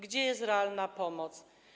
Gdzie jest realna pomoc?